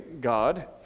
God